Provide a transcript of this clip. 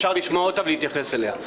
אפשר לשמוע אותה ולהתייחס אליה.